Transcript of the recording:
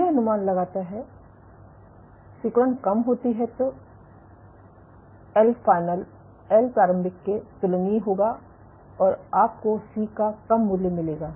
यह अनुमान लगाता है अगर सिकुड़न contraction कम होती है तो L फाइनल L प्रारंभिक के तुलनीय होगा और आपको C का कम मूल्य मिलेगा